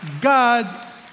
God